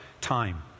time